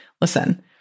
listen